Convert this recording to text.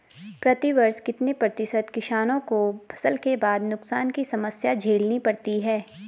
प्रतिवर्ष कितने प्रतिशत किसानों को फसल के बाद नुकसान की समस्या झेलनी पड़ती है?